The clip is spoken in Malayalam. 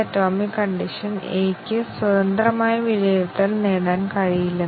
ആറ്റോമിക് എക്സ്പ്രഷനുകളുടെ എണ്ണം പ്രായോഗികമല്ല